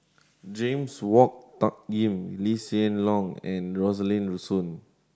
James Wong Tuck Yim Lee Hsien Loong and Rosaline Soon